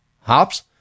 Hops